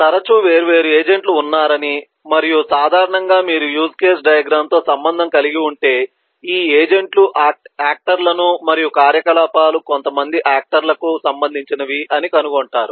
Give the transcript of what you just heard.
తరచూ వేర్వేరు ఏజెంట్లు ఉన్నారని మరియు సాధారణంగా మీరు యూజ్ కేస్ డయాగ్రమ్ తో సంబంధం కలిగి ఉంటే ఈ ఏజెంట్లు ఆక్టర్ లకు మరియు కార్యకలాపాలు కొంతమంది ఆక్టర్ లకు సంబంధించినవి అని కనుగొంటారు